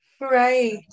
right